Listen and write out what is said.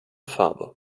farbe